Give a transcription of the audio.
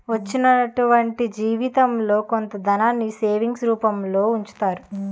వచ్చినటువంటి జీవితంలో కొంత ధనాన్ని సేవింగ్స్ రూపంలో ఉంచుతారు